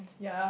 yea